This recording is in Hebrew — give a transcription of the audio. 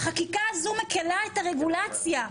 החקיקה הזו מקלה את הרגולציה.